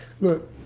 look